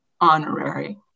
honorary